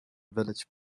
village